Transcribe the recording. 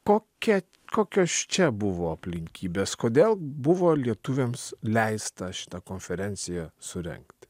kokia kokios čia buvo aplinkybės kodėl buvo lietuviams leista šitą konferenciją surengti